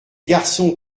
garçons